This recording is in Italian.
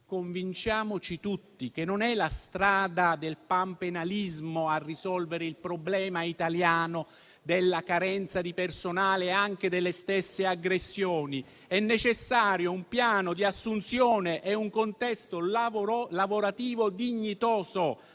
Convinciamoci tutti che non è la strada del panpenalismo a risolvere il problema italiano della carenza di personale e anche delle stesse aggressioni. È necessario un piano di assunzione e un contesto lavorativo dignitoso